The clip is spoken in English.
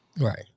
Right